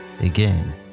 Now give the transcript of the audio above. again